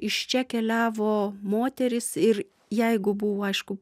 iš čia keliavo moterys ir jeigu buvo aišku